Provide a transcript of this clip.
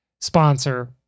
Sponsor